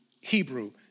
Hebrew